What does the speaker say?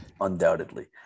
undoubtedly